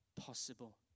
possible